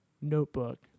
notebook